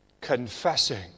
confessing